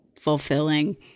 fulfilling